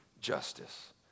justice